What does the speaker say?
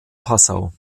passau